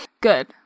Good